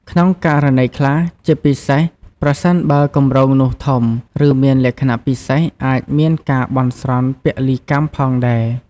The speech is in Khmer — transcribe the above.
ក្នុងករណីខ្លះ ជាពិសេសប្រសិនបើគម្រោងនោះធំ ឬមានលក្ខណៈពិសេស អាចមានការបន់ស្រន់ពលីកម្មផងដែរ។